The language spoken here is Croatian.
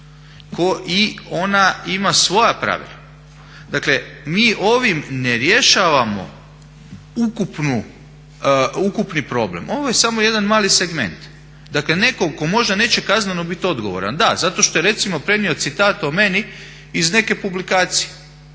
I ona ima svoja pravila. Dakle mi ovim ne rješavamo ukupni problem. Ovo je samo jedan mali segment. Dakle netko tko možda neće kazneno biti odgovoran, da zato što je recimo prenio citat o meni iz neke publikacije